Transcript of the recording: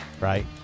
right